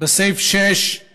בסעיף 6 הוא